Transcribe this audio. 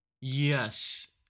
Yes